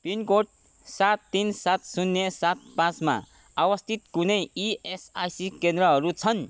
pin code सात तिन सात शून्य सात पाँचमा अवस्थित कुनै ई एस आई सी केन्द्रहरू छन्